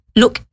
look